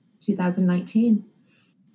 2019